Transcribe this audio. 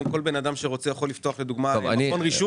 כל אדם היום יכול לפתוח מכון רישוי?